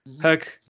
Heck